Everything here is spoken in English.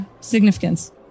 significance